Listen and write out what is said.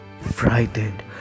Frightened